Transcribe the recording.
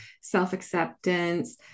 self-acceptance